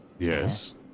Yes